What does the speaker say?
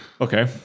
Okay